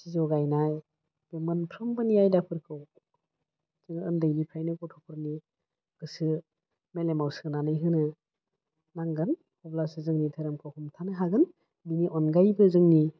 जगायनाय बे मोनफ्रोमबोनि आयदाफोरखौ जोङो उन्दैनिफ्रायनो गथ'फोरनि गोसो मेलेमाव सोनानै होनो नांगोन अब्लासो जोंनि दोहोरोमखौ हमथानो हागोन बिनि अनगायैबो जोंनि